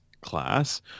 class